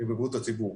בבריאות הציבור.